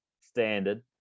Standard